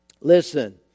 Listen